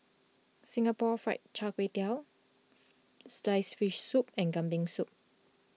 Singapore Fried Kway Tiao Sliced Fish Soup and Kambing Soup